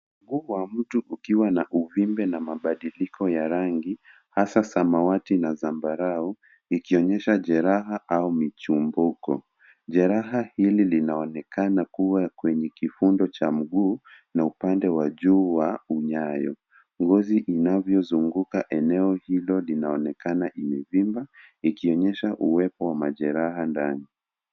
Mguu wa mtu ukiwa na uvimbe na mabadiliko ya rangi hasa samawati na zambarau ikionyesha jeraha au michumbuko. Jeraha hili linaonekana kuwa kwenye kifundo cha mguu na upande wa juu wa unyayo. Ngozi inavyozunguka eneo hilo linaonekana imevimba ikionyesha uwepo wa majeraha ndani.